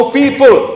people